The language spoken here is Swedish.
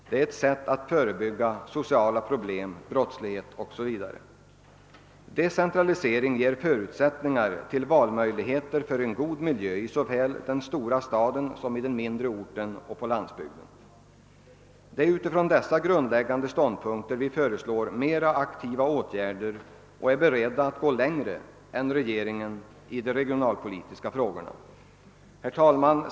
Det är ett sätt att förebygga sociala problem, brottslighet o.s.v. Decentralisering ger förutsättningar till valmöjligheter för en god miljö såväl i den stora staden som i de mindre orterna och på landsbygden. Det är utifrån dessa grundläggande ståndpunkter vi föreslår mera aktiva åtgärder och är beredda att gå längre än regeringen i de regionalpolitiska frågorna. Herr talman!